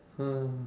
ah